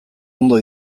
ondo